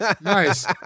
Nice